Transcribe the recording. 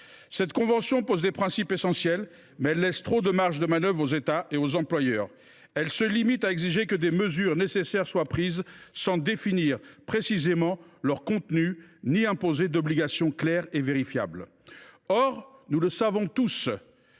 Cette convention pose des principes essentiels, mais elle laisse trop de marges de manœuvre aux États et aux employeurs. Elle se limite à exiger que des « mesures nécessaires » soient prises sans définir précisément leur contenu ni imposer d’obligations claires et vérifiables. Pourtant, nous le savons tous,